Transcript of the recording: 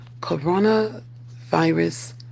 coronavirus